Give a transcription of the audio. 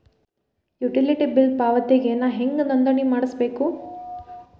Utility bill ಪಾವತಿಗೆ ನಾ ಹೆಂಗ್ ನೋಂದಣಿ ಮಾಡ್ಸಬೇಕು?